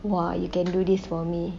!wah! you can do this for me